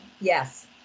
yes